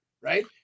right